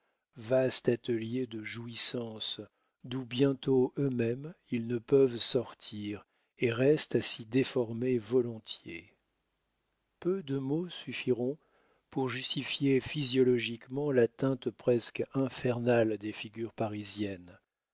vaste atelier de jouissances d'où bientôt eux-mêmes ils ne peuvent sortir et restent à s'y déformer volontiers peu de mots suffiront pour justifier physiologiquement la teinte presque infernale des figures parisiennes